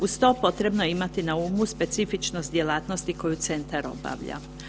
Uz to potrebno je imati na umu specifičnost djelatnosti koju centar obavlja.